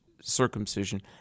circumcision